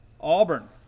Auburn